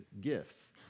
gifts